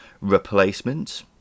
replacement